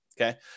okay